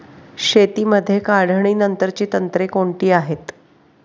शेतीमध्ये काढणीनंतरची तंत्रे कोणती आहेत?